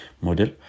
model